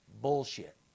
bullshit